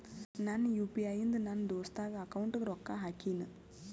ನಂದ್ U P I ಇಂದ ನನ್ ದೋಸ್ತಾಗ್ ಅಕೌಂಟ್ಗ ರೊಕ್ಕಾ ಹಾಕಿನ್